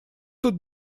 тут